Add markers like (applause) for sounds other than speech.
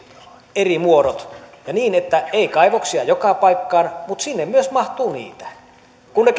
eri muodot ja niin että ei kaivoksia joka paikkaan mutta sinne mahtuu myös niitä kun ne (unintelligible)